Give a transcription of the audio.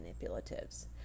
manipulatives